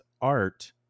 Art